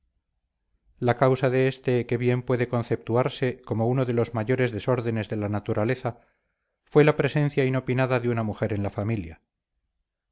la causa de este que bien puede conceptuarse como uno de los mayores desórdenes de la naturaleza fue la presencia inopinada de una mujer en la familia